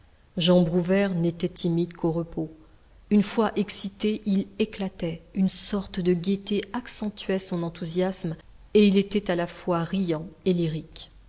jean prouvaire n'était timide qu'au repos une fois excité il éclatait une sorte de gaîté accentuait son enthousiasme et il était à la fois riant et lyrique